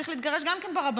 צריך להתגרש גם כן ברבנות.